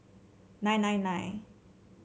nine nine nine